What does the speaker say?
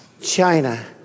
China